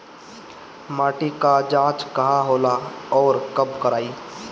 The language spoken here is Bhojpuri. माटी क जांच कहाँ होला अउर कब कराई?